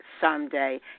someday